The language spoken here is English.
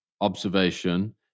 observation